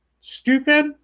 stupid